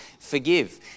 forgive